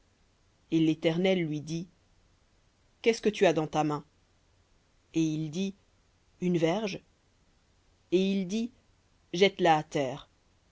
et l'éternel lui dit qu'est-ce dans ta main et il dit une verge et il dit jette la à terre